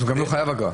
הוא גם לא חייב אגרה.